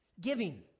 Giving